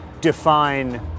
define